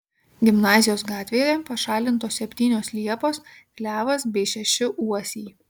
gimnazijos gatvėje pašalintos septynios liepos klevas bei šeši uosiai